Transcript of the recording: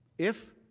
if